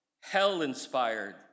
hell-inspired